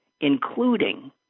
including